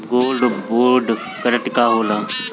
Gold bond करतिं का होला?